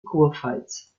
kurpfalz